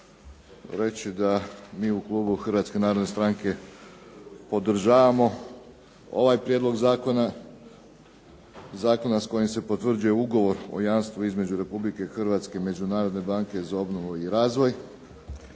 reći da mi u klubu Hrvatske narodne stranke podržavamo ovaj prijedlog zakona. Zakona kojim se potvrđuje ugovor o jamstvu između Republike Hrvatske i Međunarodne banke za obnovu i razvoj.